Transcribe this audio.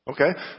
Okay